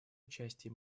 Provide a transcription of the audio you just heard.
участии